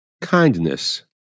kindness